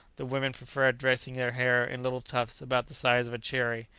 the women preferred dressing their hair in little tufts about the size of a cherry,